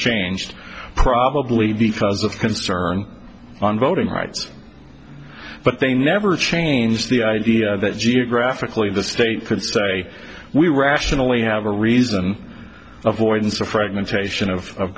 changed probably because of concern on voting rights but they never change the idea that geographically the state could say we rationally have a reason avoidance of fragmentation of